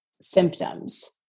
symptoms